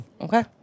okay